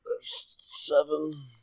Seven